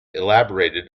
elaborated